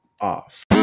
off